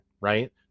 right